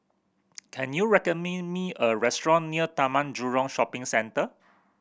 can you recommend me a restaurant near Taman Jurong Shopping Centre